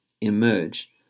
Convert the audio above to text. emerge